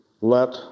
let